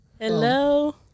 Hello